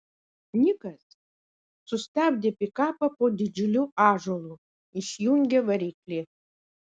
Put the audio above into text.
nikas sustabdė pikapą po didžiuliu ąžuolu išjungė variklį